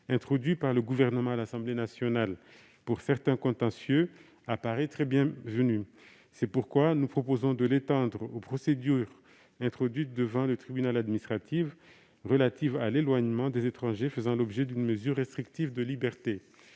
introduit par le Gouvernement à l'Assemblée nationale pour certains contentieux à Paris est fort bienvenu : c'est pourquoi nous proposons de l'étendre aux procédures introduites devant le tribunal administratif, relatives à l'éloignement des étrangers faisant l'objet d'une mesure restrictive de liberté,